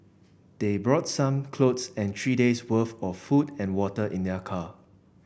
they brought some clothes and three days' worth of food and water in their car